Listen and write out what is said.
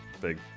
big